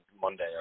Monday